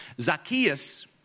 Zacchaeus